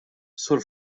sur